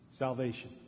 Salvation